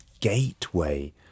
gateway